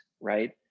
right